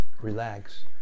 relax